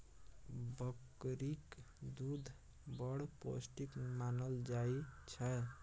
बकरीक दुध बड़ पौष्टिक मानल जाइ छै